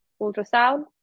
ultrasound